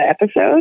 episode